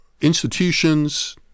institutions